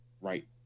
Right